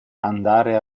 andare